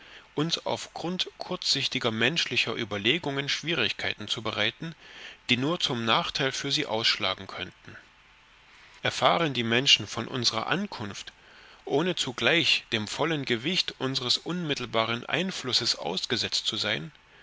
uns aufgrund kurzsichtiger menschlicher überlegungen schwierigkeiten zu bereiten die nur zum nachteil für sie ausschlagen könnten erfahren die menschen von unserer ankunft ohne zugleich dem vollen gewicht unsres unmittelbaren einflusses ausgesetzt zu sein